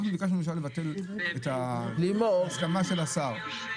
ביקשנו לבטל את ההסכמה של השר.